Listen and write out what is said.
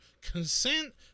Consent